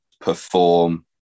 perform